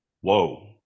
Whoa